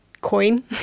coin